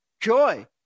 joy